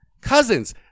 Cousins